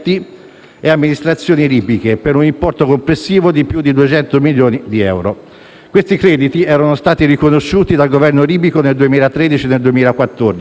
e amministrazioni libiche, per un importo complessivo di più di 200 milioni di euro. Questi crediti erano stati riconosciuti dal Governo libico nel 2013 e 2014